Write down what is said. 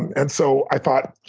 and so i thought,